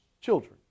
children